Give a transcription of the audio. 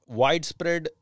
widespread